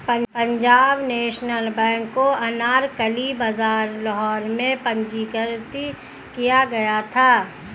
Punjab national bank को अनारकली बाजार लाहौर में पंजीकृत किया गया था